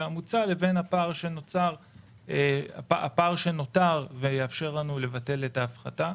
המוצע לבין הפער שנותר ויאפשר לנו לבטל את ההפחתה.